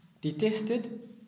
detested